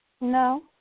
No